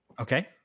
Okay